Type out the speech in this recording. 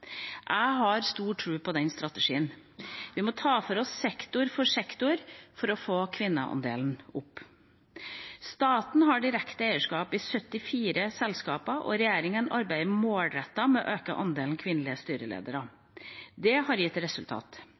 Jeg har stor tro på denne strategien. Vi må ta for oss sektor for sektor for å få kvinneandelen opp. Staten har direkte eierskap i 74 selskaper, og regjeringa arbeider målrettet med å øke andelen kvinnelige styreledere. Det har gitt